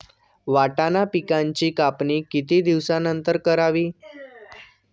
वाटाणा पिकांची कापणी किती दिवसानंतर करावी?